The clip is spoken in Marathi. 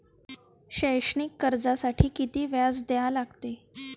शैक्षणिक कर्जासाठी किती व्याज द्या लागते?